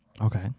Okay